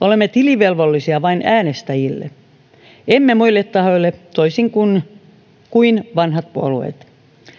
olemme tilivelvollisia vain äänestäjille emme muille tahoille toisin kuin kuin vanhat puolueet